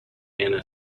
anna